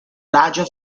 larger